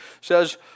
says